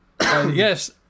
Yes